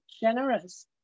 generous